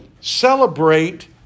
celebrate